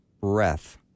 breath